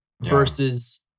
Versus